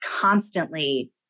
constantly